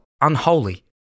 unholy